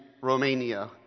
Romania